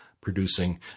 producing